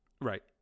right